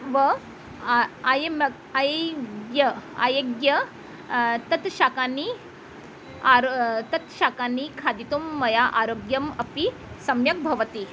व अयं अयं अयं तत् शाकानि आरो तत् शाकानि खादितुं मया आरोग्यम् अपि सम्यक् भवति